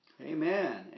Amen